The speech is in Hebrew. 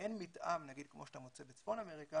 ואין מתאם, כמו שאתה מוצא בצפון אמריקה,